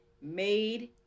made